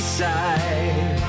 side